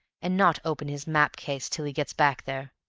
and not open his map-case till he gets back there.